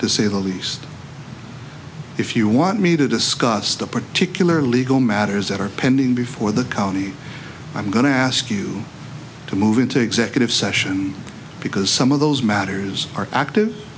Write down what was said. to say the least if you want me to discuss the particular legal matters that are pending before the county i'm going to ask you to move into executive session because some of those matters are active